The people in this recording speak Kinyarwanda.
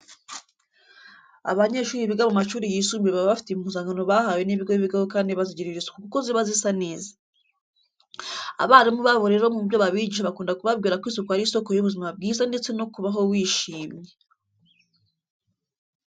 Abanyeshuri biga mu mashuri yisumbuye baba bafite impuzankano bahawe n'ibigo bigaho kandi bazigirira isuku kuko ziba zisa neza. Abarimu babo rero mu byo babigisha bakunda kubabwira ko isuku ari isoko y'ubuzima bwiza ndetse no kubaho wishimye.